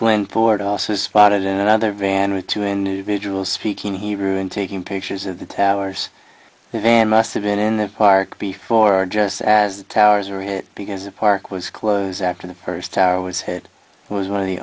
glen ford also spotted another van with two individuals speaking hebrew and taking pictures of the towers the van must have been in the park before and just as the towers were hit because a park was close after the first tower was hit was one of the